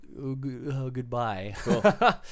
goodbye